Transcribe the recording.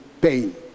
pain